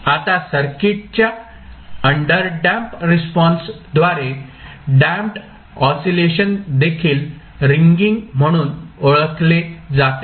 आता सर्किटच्या अंडरडॅम्पड रिस्पॉन्सद्वारे डॅम्पड ऑसीलेशन देखील रिंगिंग म्हणून ओळखले जाते